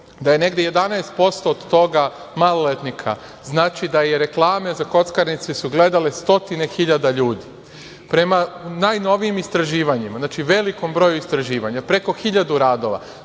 da je negde 11% od toga maloletnika, znači da su reklame za kockarnici gledale stotine hiljada ljudi. Prema novijim istraživanjima, znači velikom broju istraživanja, preko 1.000 radova,